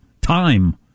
time